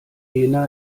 lena